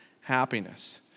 happiness